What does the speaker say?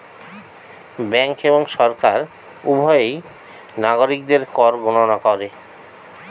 bank এবং সরকার উভয়ই নাগরিকদের কর গণনা করে